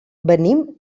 venim